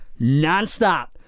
nonstop